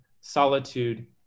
solitude